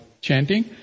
chanting